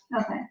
Okay